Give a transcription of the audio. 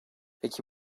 peki